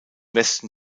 westen